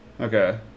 Okay